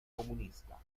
comunista